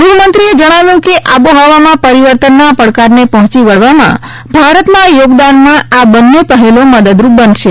ગૃહમંત્રીએ જણાવ્યું હતું કે આબોહવામાં પરિવર્તનના પડકારને પહોંચી વળવામાં ભારતના યોગદાનમાં આ બંને પહેલો મદદરૂપ બનશે